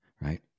right